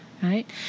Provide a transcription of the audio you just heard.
right